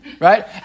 right